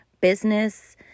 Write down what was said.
business